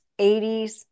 80s